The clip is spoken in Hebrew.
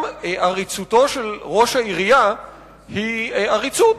גם עריצותו של ראש העירייה היא עריצות.